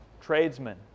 tradesmen